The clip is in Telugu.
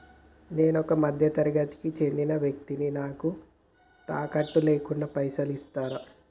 నేను ఒక మధ్య తరగతి కి చెందిన వ్యక్తిని నాకు తాకట్టు లేకుండా పైసలు ఇస్తరా?